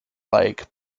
like